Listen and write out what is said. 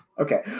okay